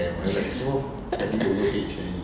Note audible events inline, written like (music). (laughs)